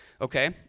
okay